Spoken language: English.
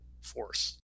force